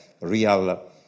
real